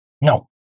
No